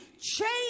change